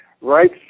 right